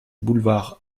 boulevard